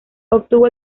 obtuvo